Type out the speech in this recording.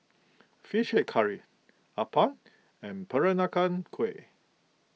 Fish Head Curry Appam and Peranakan Kueh